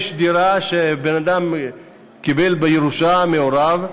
יש דירה שבן-אדם קיבל בירושה מהוריו,